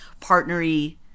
partnery